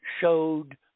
showed